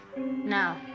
Now